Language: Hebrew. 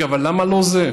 רגע, אבל למה לא זה?